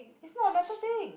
it's not a metal thing